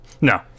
No